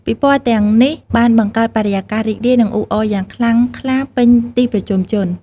ពិព័រណ៍ទាំងនេះ បានបង្កើតបរិយាកាសរីករាយ និងអ៊ូអរយ៉ាងខ្លាំងក្លាពេញទីប្រជុំជន។